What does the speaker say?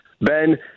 Ben